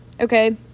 okay